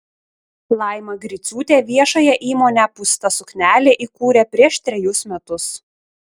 laima griciūtė viešąją įmonę pūsta suknelė įkūrė prieš trejus metus